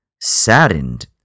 saddened